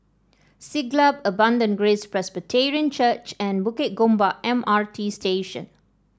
Siglap Abundant Grace Presbyterian Church and Bukit Gombak M R T Station